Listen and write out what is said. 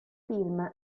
film